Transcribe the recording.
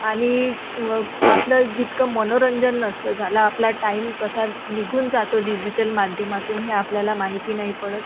आणि व आपलं जितकं मनोरंजन नसतं झालं आपला टाईम कसा निघून जातो डिजिटल माध्यमातून हे आपल्याला माहिती नाही पडत